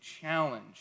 challenge